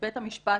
בית המשפט